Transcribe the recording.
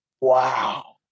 wow